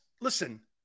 listen